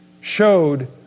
showed